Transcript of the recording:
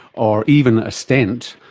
or even a stent,